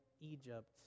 Egypt